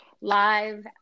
live